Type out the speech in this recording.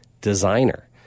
designer